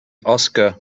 oscar